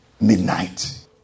midnight